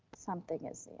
something is yeah